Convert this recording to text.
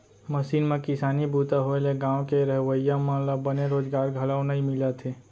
machine म किसानी बूता होए ले गॉंव के रहवइया मन ल बने रोजगार घलौ नइ मिलत हे